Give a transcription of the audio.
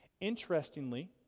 Interestingly